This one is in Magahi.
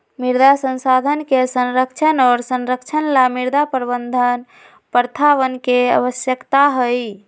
मृदा संसाधन के संरक्षण और संरक्षण ला मृदा प्रबंधन प्रथावन के आवश्यकता हई